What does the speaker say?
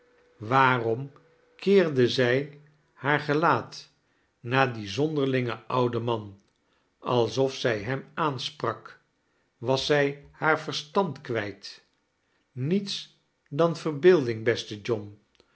waarom keerde zij haar gelaat naar dien zonderlingen ouden man alsof zij hem aansprak was zij haar verstand kwijt niets dan verbeelding beste john